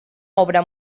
obra